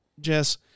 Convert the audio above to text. Jess